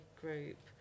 group